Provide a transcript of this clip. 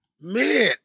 Man